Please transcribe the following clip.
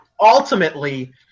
ultimately